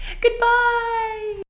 Goodbye